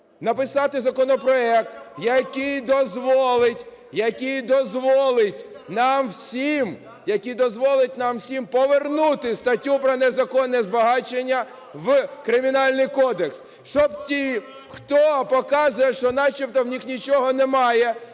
написати законопроект, який дозволить нам всім повернути статтю про незаконне збагачення в Кримінальний кодекс. Щоб ті, хто показує, що начебто у них нічого немає,